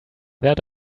that